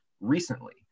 recently